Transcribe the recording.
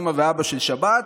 אימא ואבא של שבת,